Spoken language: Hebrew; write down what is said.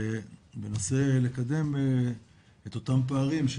וננסה לקדם את אותם פערים.